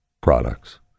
products